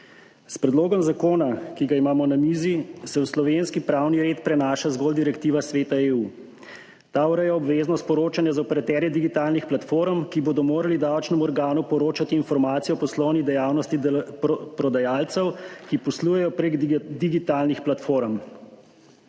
S predlogom zakona, ki ga imamo na mizi, se v slovenski pravni red prenaša zgolj direktiva Sveta EU. Ta ureja obveznost poročanja za operaterje digitalnih platform, ki bodo morali davčnemu organu poročati informacije o poslovni dejavnosti prodajalcev, ki poslujejo prek digitalnih platform.